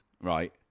Right